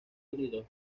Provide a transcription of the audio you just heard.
unidos